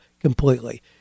completely